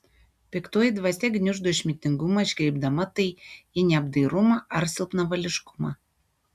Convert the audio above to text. piktoji dvasia gniuždo išmintingumą iškreipdama tai į neapdairumą ar silpnavališkumą